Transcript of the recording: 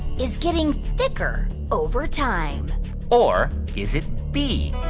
is getting thicker over time or is it b,